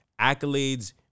Accolades